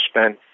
spent